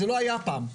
זה לא היה פעם.